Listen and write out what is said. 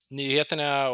nyheterna